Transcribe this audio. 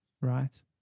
Right